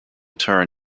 turn